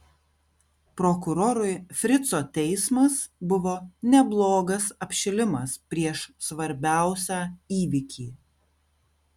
prokurorui frico teismas buvo neblogas apšilimas prieš svarbiausią įvykį